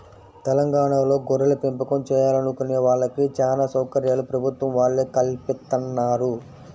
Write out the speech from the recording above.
తెలంగాణాలో గొర్రెలపెంపకం చేయాలనుకునే వాళ్ళకి చానా సౌకర్యాలు ప్రభుత్వం వాళ్ళే కల్పిత్తన్నారు